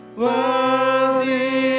worthy